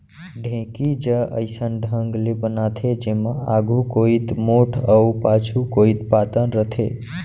ढेंकी ज अइसन ढंग ले बनाथे जेमा आघू कोइत मोठ अउ पाछू कोइत पातन रथे